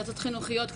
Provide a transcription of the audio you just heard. יועצות חינוכיות,